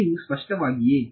ಇದು ಸ್ಪಷ್ಟವಾಗಿದೆಯೇ